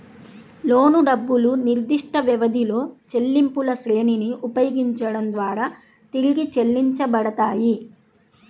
లోను డబ్బులు నిర్దిష్టవ్యవధిలో చెల్లింపులశ్రేణిని ఉపయోగించడం ద్వారా తిరిగి చెల్లించబడతాయి